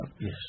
Yes